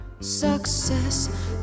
Success